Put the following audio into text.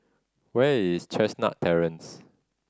where is Chestnut Terrance